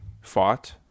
fought